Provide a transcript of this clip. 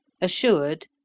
Assured